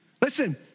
Listen